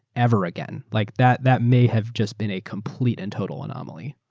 ever again. like that that may have just been a complete and total anomaly.